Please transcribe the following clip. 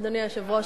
אדוני היושב-ראש,